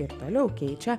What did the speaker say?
ir toliau keičia